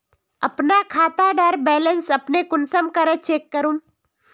अपना खाता डार बैलेंस अपने कुंसम करे चेक करूम?